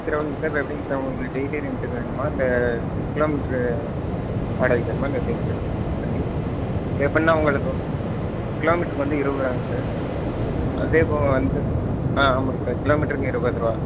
travelling sir இப்போ எப்படிங் sir உங்களுக்கு டெய்லி ரெண்ட்டுக்கு வேணுமா இல்லை கிலோமீட்ரு வாடகைக்கு வேணுமா இல்லை எப்படிங் சார் வண்டி சரி அப்போன்னா உங்களுக்கு கிலோமீட்ருக்கு வந்து இருபதுருவாங் சார் அதேப்போல வந்து ஆ ஆமாம்ங்க சார் கிலோமீட்டருக்கு இருபதுருவா